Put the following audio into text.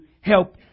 help